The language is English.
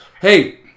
Hey